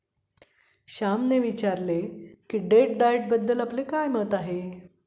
श्यामने विचारले की डेट डाएटबद्दल आपले काय मत आहे?